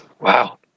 Wow